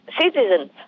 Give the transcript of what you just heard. citizens